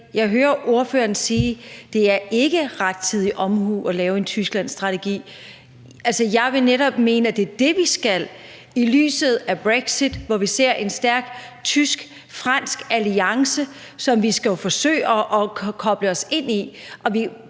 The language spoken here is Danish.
Jeg hører ordføreren sige, at det ikke er rettidig omhu at lave en Tysklandsstrategi. Jeg vil netop mene, at det er det, vi skal, og det er set i lyset af brexit, hvor vi ser en stærk tysk-fransk alliance, som vi skal forsøge at koble os op på.